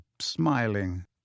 smiling